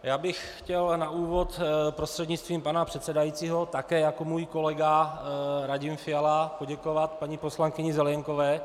Já bych chtěl na úvod prostřednictvím pana předsedajícího také jako můj kolega Radim Fiala poděkovat paní poslankyni Zelienkové.